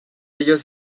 ellos